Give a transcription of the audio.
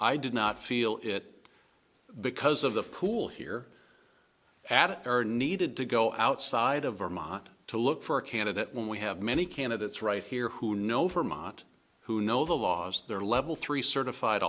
i did not feel it because of the pool here at or needed to go outside of vermont to look for a candidate when we have many candidates right here who know vermont who know the laws they're level three certified